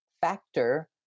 factor